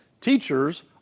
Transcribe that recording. teachers